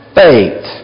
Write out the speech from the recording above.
faith